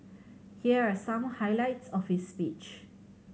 here are some highlights of his speech